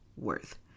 worth